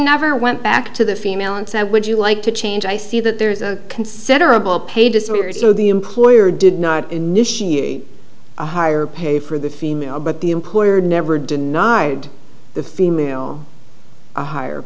never went back to the female and said would you like to change i see that there is a considerable pay disappears so the employer did not initiate a higher pay for the female but the employer never denied the female a hi